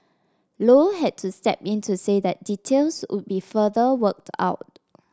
low had to step in to say that details would be further worked out